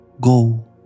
Go